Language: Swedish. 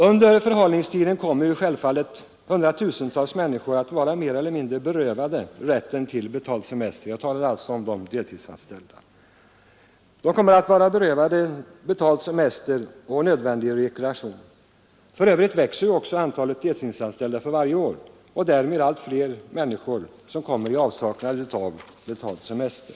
Under förhalningstiden kommer självfallet hundratusentals deltidsanställda att vara mer eller mindre berövade rätten till betald semester och nödvändig rekreation. För övrigt växer antalet deltidsanställda för varje år, och därmed blir det allt fler människor som kommer att vara i avsaknad av betald semester.